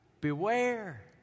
Beware